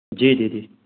जी दीदी